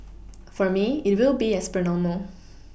for me it will be as per normal